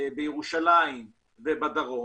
בירושלים ובדרום,